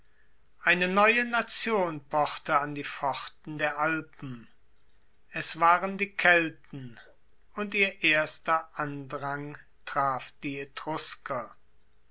eine neue nation pochte an die pforten der alpen es waren die kelten und ihr erster andrang traf die